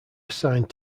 assigned